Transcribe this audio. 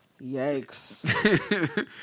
Yikes